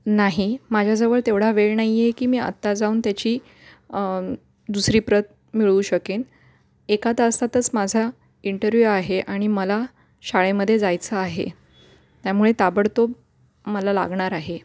नाही माझ्याजवळ तेवढा वेळ नाही आहे की मी आत्ता जाऊन त्याची दुसरी प्रत मिळवू शकेन एका तासातच माझा इंटरव्यू आहे आणि मला शाळेमध्ये जायचं आहे त्यामुळे ताबडतोब मला लागणार आहे